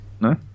no